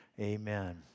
amen